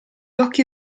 occhi